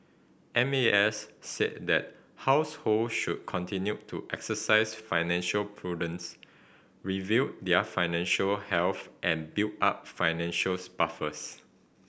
M A S said that household should continue to exercise financial prudence review their financial health and build up financials buffers